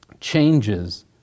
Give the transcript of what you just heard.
changes